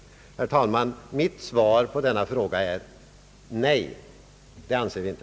Herr talman! Mitt svar på denna fråga är nej. Det anser vi inte.